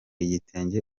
igitenge